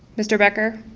mr. becker,